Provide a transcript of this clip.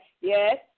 Yes